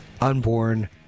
unborn